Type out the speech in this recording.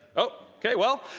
oh, okay. well,